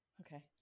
okay